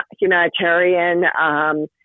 humanitarian